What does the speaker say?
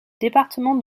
département